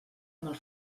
mal